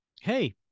hey